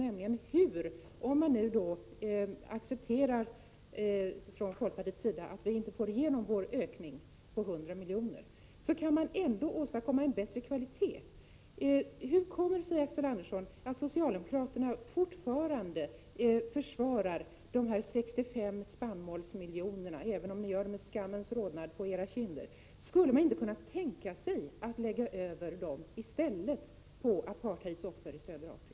Om vi från folkpartiet accepterar att vi inte får igenom vårt förslag om en ökning av anslaget med 100 milj.kr., så borde man ändå kunna åstadkomma en bättre kvalitet. Hur kommer det sig, Axel Andersson, att socialdemokraterna fortfarande försvarar de 65 spannmålsmiljonerna — även om ni gör det med skammens rodnad på era kinder? Skulle man inte kunna tänka sig att i stället lägga över miljonerna på apartheids offer i södra Afrika?